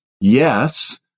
yes